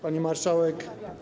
Pani Marszałek!